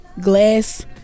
glass